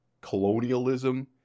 colonialism